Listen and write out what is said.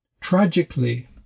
tragically